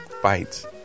fights